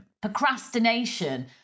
Procrastination